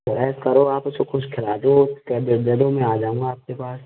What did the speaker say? अरे सर आप उसे कुछ खिला दो टैबलेट दे दो मैं आ जाऊंगा आपके पास